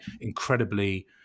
incredibly